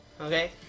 Okay